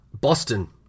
Boston